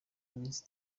iminsi